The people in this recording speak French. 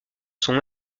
sont